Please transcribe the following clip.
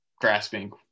grasping